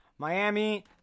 Miami